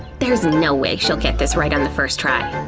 there's no way she'll get this right on the first try.